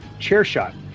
CHAIRSHOT